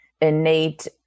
innate